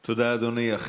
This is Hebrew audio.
תודה, אדוני.